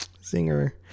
singer